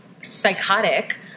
psychotic